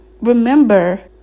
remember